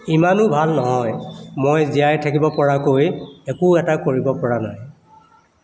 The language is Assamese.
ইমানো ভাল নহয় মই জীয়াই থাকিব পৰাকৈ একো এটা কৰিব পৰা নাই